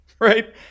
Right